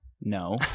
No